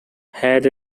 had